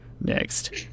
next